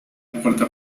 cuarta